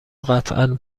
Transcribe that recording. قطعا